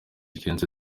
kenzo